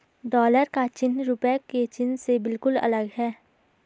dollar का चिन्ह रूपए के चिन्ह से बिल्कुल अलग है